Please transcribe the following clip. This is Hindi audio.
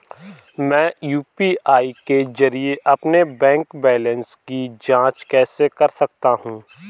मैं यू.पी.आई के जरिए अपने बैंक बैलेंस की जाँच कैसे कर सकता हूँ?